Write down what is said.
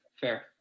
Fair